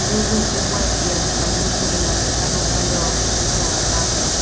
Nguzo kubwa ya saruji inaonekana upande wa kushoto wa lango.